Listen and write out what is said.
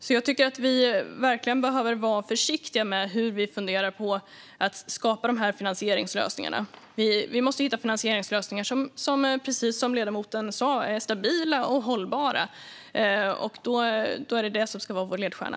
Jag tycker därför att vi verkligen behöver vara försiktiga när vi funderar på hur vi ska skapa finansieringslösningar. Vi måste hitta lösningar som, precis som ledamoten sa, är stabila och hållbara. Detta ska vara vår ledstjärna.